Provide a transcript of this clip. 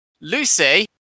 Lucy